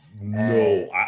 No